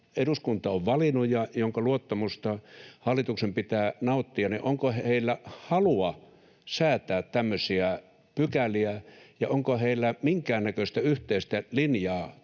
eduskunta on valinnut ja jonka pitää nauttia eduskunnan luottamusta — halua säätää tämmöisiä pykäliä ja onko heillä minkäännäköistä yhteistä linjaa